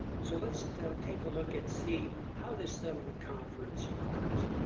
so let's take a look and see how this settlement conference occurs.